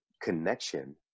connection